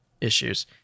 issues